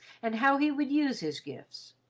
and how he would use his gifts.